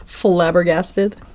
Flabbergasted